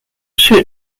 sit